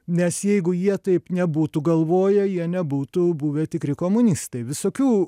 nes jeigu jie taip nebūtų galvoję jie nebūtų buvę tikri komunistai visokių